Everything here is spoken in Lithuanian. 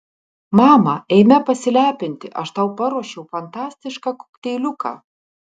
mama eime pasilepinti aš tau paruošiau fantastišką kokteiliuką